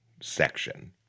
section